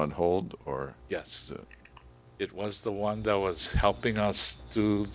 on hold or yes it was the one that was helping us t